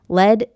led